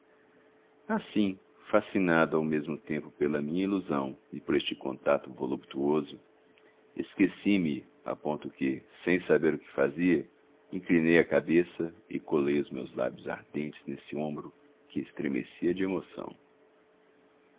assim fascinado ao mesmo tempo pela minha ilusão e por este contato voluptuoso esqueci-me a ponto que sem saber o que fazia inclinei a cabeça e colei os meus lábios ardentes nesse ombro que estremecia de emoção